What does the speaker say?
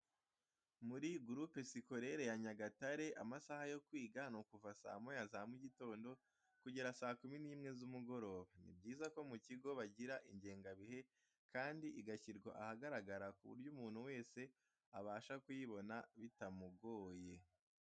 Muri gurupe sikorere ya Nyagatare amasaha yo kwiga ni ukuva saa moya za mu gitondo kugera saa kumi n'imwe z'umugoroba. Ni byiza ko mu kigo bagira ingenga bihe kandi igashyirwa ahagaragara kuburyo umuntu wese abasha kuyibona bitamugoye